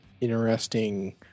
interesting